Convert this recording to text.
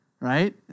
right